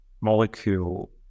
molecule